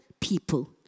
people